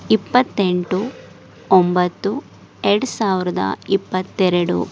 ಇಪ್ಪತ್ತೆಂಟು ಒಂಬತ್ತು ಎರಡು ಸಾವಿರದ ಇಪ್ಪತ್ತೆರಡು